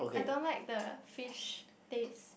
I don't like the fish taste